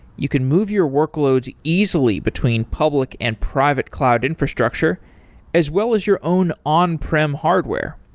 you can move your workloads easily between public and private cloud infrastructure as well as your own on-prim hardware.